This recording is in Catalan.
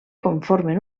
conformen